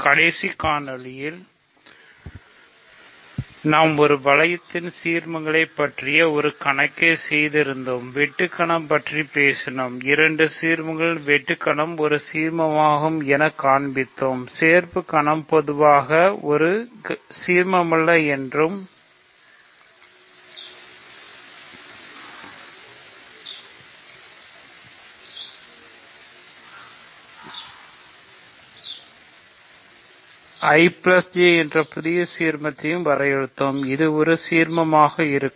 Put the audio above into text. கடைசி காணொளியில் நாம் ஒரு வளையத்தில் சிர்மங்களை பற்றிய ஒரு கணக்கை செய்து இருந்தோம் வெட்டு கணம் பற்றி பேசினோம் இரண்டு சீர்மங்களின் வெட்டு கணம் ஒரு சிரமமாகும் எனக் காண்பித்தோம் சேர்ப்பு கணம் பொதுவாக ஒரு சீர்மமல்ல என்றும் மேலும் IJ என்ற புதிய சீர்மத்தை வரையறுத்துள்ளோம் இது ஒரு சீர்மமாக இருக்கும்